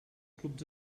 clubs